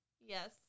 Yes